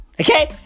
Okay